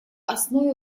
основе